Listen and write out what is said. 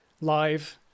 live